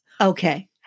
Okay